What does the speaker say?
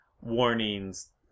warnings